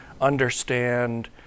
understand